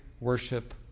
worship